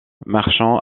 marchand